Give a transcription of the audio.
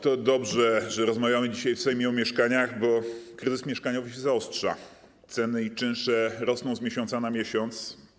To dobrze, że rozmawiamy dzisiaj w Sejmie o mieszkaniach, bo kryzys mieszkaniowy się zaostrza, ceny i czynsze rosną z miesiąca na miesiąc.